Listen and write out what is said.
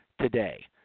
today